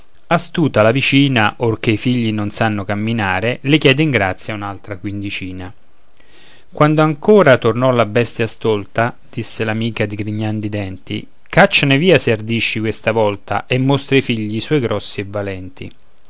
astuta la vicina or che i figli non sanno camminare le chiede in grazia un'altra quindicina quando ancora tornò la bestia stolta disse l'amica digrignando i denti cacciane via se ardisci questa volta e mostra i figli suoi grossi e valenti